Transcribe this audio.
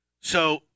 So-